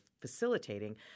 facilitating